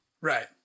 Right